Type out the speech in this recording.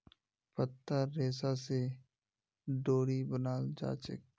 पत्तार रेशा स डोरी बनाल जाछेक